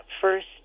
first